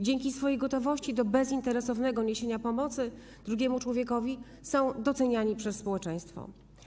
Dzięki swojej gotowości do bezinteresownego niesienia pomocy drugiemu człowiekowi są doceniani przez społeczeństwo.